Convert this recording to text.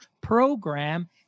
program